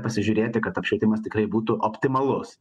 pasižiūrėti kad apšvietimas tikrai būtų optimalus